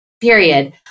period